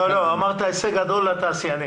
לא, אמרת: הישג גדול לתעשיינים.